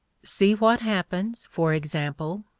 see what happens, for example,